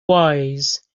wise